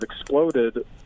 exploded